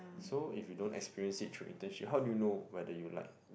so if you don't experience it through internship how do you know whether you like